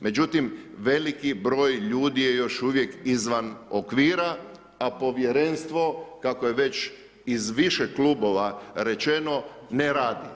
Međutim, veliki broj ljudi je još uvijek izvan okvira, a Povjerenstvo, kako je već iz više klubova rečeno, ne radi.